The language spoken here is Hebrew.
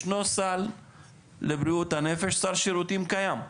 ישנו סל לבריאות הנפש, סל שירותים קיים.